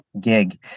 gig